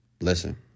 Listen